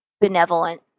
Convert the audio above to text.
benevolent